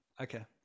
Okay